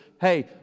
hey